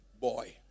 boy